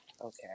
Okay